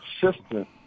consistent